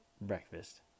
breakfast